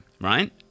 right